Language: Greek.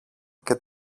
και